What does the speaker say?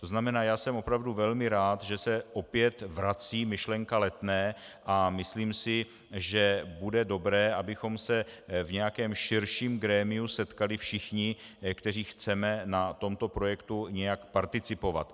To znamená, že jsem opravdu velmi rád, že se opět vrací myšlenka Letné, a myslím si, že bude dobré, abychom se v nějakém širším grémiu setkali všichni, kteří chceme na tomto projektu nějak participovat.